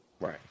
Right